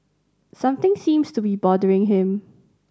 something seems to be bothering him